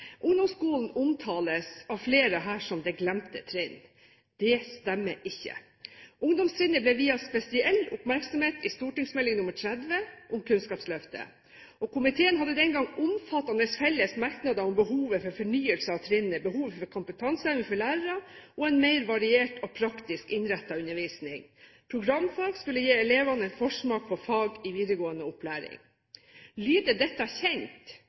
Ungdomsskolen omtales av flere som det glemte trinn. Det stemmer ikke. Ungdomstrinnet ble viet spesiell oppmerksomhet i St.meld. nr. 30 for 2003–2004 om Kunnskapsløftet. Komiteen hadde den gang omfattende felles merknader om behovet for fornyelse av trinnet, behovet for kompetanseheving for lærere og en mer variert og praktisk innrettet undervisning. Programfag skulle gi elevene en forsmak på fag i videregående opplæring. Lyder dette kjent?